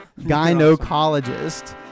Gynecologist